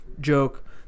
joke